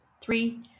Three